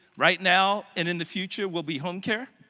right now, and in the future, will be home care.